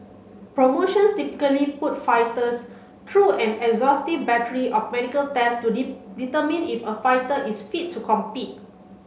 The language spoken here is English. promotions typically put fighters through an exhaustive battery of medical tests to determine if a fighter is fit to compete